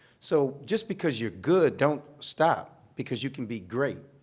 so just because you're good, don't stop, because you can be great.